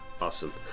Awesome